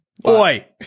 Boy